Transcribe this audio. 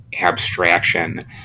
abstraction